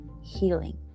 healing